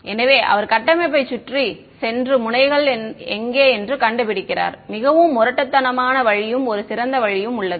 எனவே அவர் கட்டமைப்பைச் சுற்றி சென்று முனைகள் எங்கே என்று கண்டுபிடிக்கிறார் மிகவும் முரட்டுத்தனமாக வழியும் ஒரு சிறந்த வழி உள்ளது